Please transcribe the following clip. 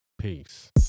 Peace